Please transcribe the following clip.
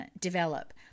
develop